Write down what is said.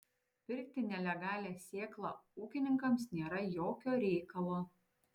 pirkti nelegalią sėklą ūkininkams nėra jokio reikalo